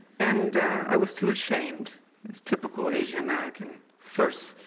and i was too ashamed as typical asian-american, first